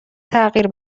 تغییر